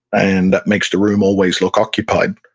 and that makes the room always look occupied